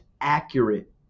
accurate